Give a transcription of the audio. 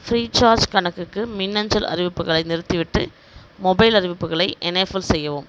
free charge கணக்குக்கு மின்னஞ்சல் அறிவிப்புகளை நிறுத்திவிட்டு மொபைல் அறிவிப்புகளை எனேஃபிள் செய்யவும்